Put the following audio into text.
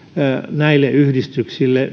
näille yhdistyksille